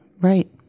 Right